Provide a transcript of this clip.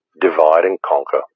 divide-and-conquer